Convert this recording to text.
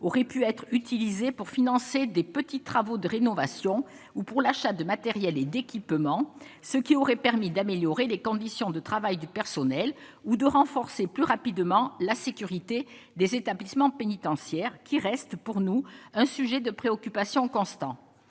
aurait pu être utilisé pour financer des petits travaux de rénovation ou pour l'achat de matériel et d'équipements, ce qui aurait permis d'améliorer les conditions de travail du personnel ou de renforcer plus rapidement la sécurité des établissements pénitentiaires, qui reste pour nous un sujet de préoccupation constant,